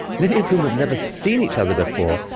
many of whom have never seen each other before,